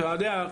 אתה יודע,